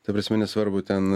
ta prasme nesvarbu ten